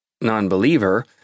non-believer